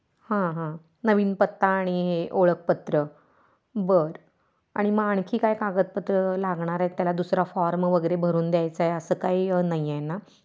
हां हां नवीन पत्ता आणि हे ओळखपत्र बरं आणि मग आणखी काय कागदपत्र लागणार आहे त्याला दुसरा फॉर्म वगैरे भरून द्यायचं आहे असं काही नाही आहे ना